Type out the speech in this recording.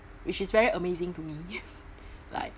which is very amazing to me like